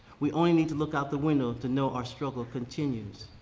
we only need to look out the window to know our struggle continues.